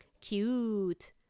cute